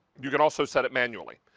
you can also set it manually.